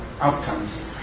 outcomes